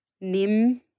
nim